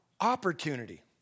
opportunity